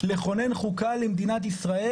לכונן חוקה למדינת ישראל.